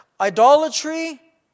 Idolatry